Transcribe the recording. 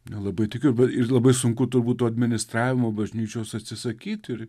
nelabai tikiu ir labai sunku būtų administravimo bažnyčios atsisakyt ir